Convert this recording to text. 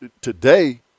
Today